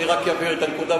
אני רק אבהיר את הנקודה,